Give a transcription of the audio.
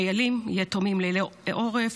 חיילים יתומים ללא עורף,